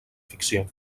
ficció